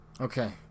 Okay